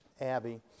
Abby